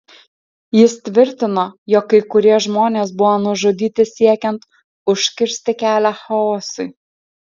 jis tvirtino jog kai kurie žmonės buvo nužudyti siekiant užkirsti kelią chaosui